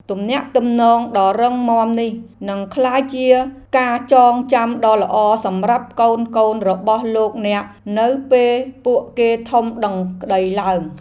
ទំនាក់ទំនងដ៏រឹងមាំនេះនឹងក្លាយជាការចងចាំដ៏ល្អសម្រាប់កូនៗរបស់លោកអ្នកនៅពេលពួកគេធំដឹងក្តីឡើង។